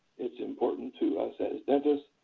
it's important to us as dentists,